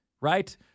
right